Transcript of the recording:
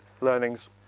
learnings